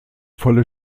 volle